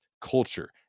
culture